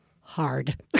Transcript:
hard